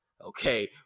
Okay